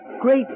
great